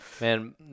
Man